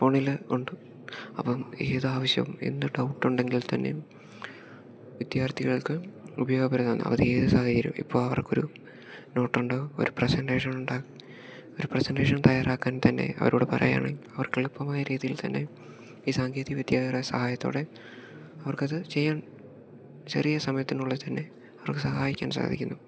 ഫോണിൽ ഉണ്ട് അപ്പം ഏതാവശ്യം എന്ത് ഡൗട്ട് ഉണ്ടെങ്കിൽ തന്നെയും വിദ്യാർത്ഥികൾക്ക് ഉപയോഗപരിതാണ് അവരേത് സാഹചര്യം ഇപ്പ അവർക്കൊരു നോട്ടുണ്ടോ ഒരു പ്രസൻറ്റേഷൻ ഒരു പ്രസൻറ്റേഷൻ തയ്യറാക്കാൻ തന്നെ അവരോട് പറയുകയാണെങ്കിൽ അവർക്ക് എളുപ്പമായ രീതിയിൽ തന്നെ ഈ സാങ്കേതിക വിദ്യയുടെ സഹായത്തോടെ അവർക്കത് ചെയ്യാൻ ചെറിയ സമയത്തിനുള്ളിൽ തന്നെ അവർക്ക് സഹായിക്കാൻ സാധിക്കുന്നു